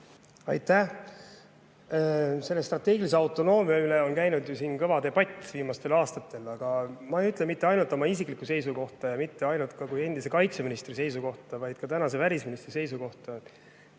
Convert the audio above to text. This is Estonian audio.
Aitäh! Strateegilise autonoomia üle on käinud ju siin kõva debatt viimastel aastatel. Aga ma ei ütle mitte ainult oma isiklikku seisukohta ja mitte ainult minu kui endise kaitseministri seisukohta, vaid ütlen seda ka kui tänase välisministri seisukoha.